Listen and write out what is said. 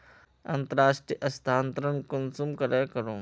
अंतर्राष्टीय स्थानंतरण कुंसम करे करूम?